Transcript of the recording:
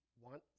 want